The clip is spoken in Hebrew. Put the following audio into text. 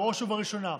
בראש ובראשונה,